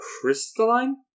crystalline